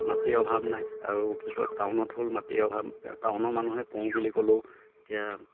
মাটিৰ অভাৱ নাই আৰু কি কয় টাউনত হ'ল মাটিৰ অভাৱ টাউনৰ মানুহে কৰোঁ বুলি ক'লেও এতিয়া